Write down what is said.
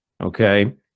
okay